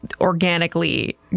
organically